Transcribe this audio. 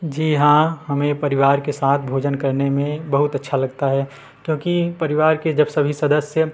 जी हाँ हमें परिवार के साथ भोजन करने में बहुत अच्छा लगता है क्योंकि परिवार के जब सभी सदस्य